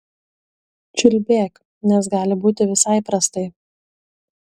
čiulbėk nes gali būti visai prastai